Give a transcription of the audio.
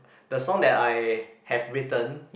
the song that I have written